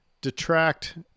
detract